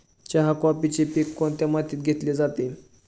चहा, कॉफीचे पीक कोणत्या मातीत घेतले जाते?